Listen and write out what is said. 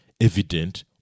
evident